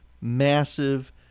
massive